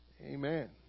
Amen